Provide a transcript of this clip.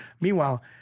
Meanwhile